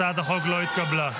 הצעת החוק לא נתקבלה.